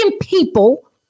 people